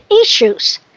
issues